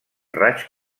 raig